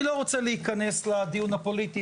אני לא רוצה להיכנס לדיון הפוליטי.